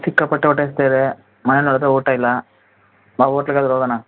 ಸಿಕ್ಕಾಪಟ್ಟೆ ಹೊಟ್ಟೆ ಹಸೀತಾ ಇದೆ ಮನೆಲ್ಲಿ ನೋಡಿದ್ರೆ ಊಟ ಇಲ್ಲ ಬಾ ಹೋಟ್ಲಿಗಾದ್ರು ಹೋಗೋಣ